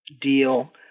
deal